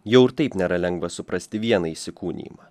jau ir taip nėra lengva suprasti vieną įsikūnijimą